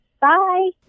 Bye